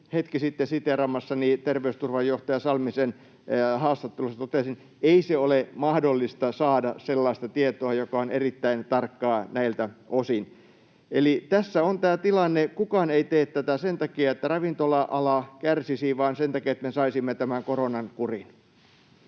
hetki sitten siteeraamassani terveysturvajohtaja Salmisen haastattelussa todettiin, ei ole mahdollista saada sellaista tietoa, joka on erittäin tarkkaa näiltä osin. Eli tässä on tämä tilanne. Kukaan ei tee tätä sen takia, että ravintola-ala kärsisi, vaan sen takia, että me saisimme tämän koronan kuriin.